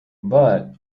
but